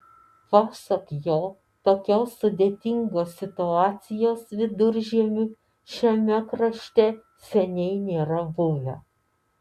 pasak jo tokios sudėtingos situacijos viduržiemiu šiame krašte seniai nėra buvę